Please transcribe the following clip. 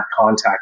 contact